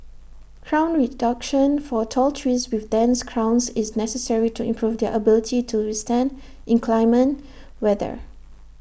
crown reduction for tall trees with dense crowns is necessary to improve their ability to withstand inclement weather